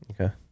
okay